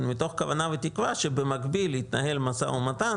מתוך כוונה ותקווה שבמקביל יתנהל משא ומתן